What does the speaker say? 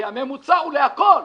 כי הממוצע הוא להכול,